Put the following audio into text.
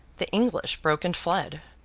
the english broke and fled.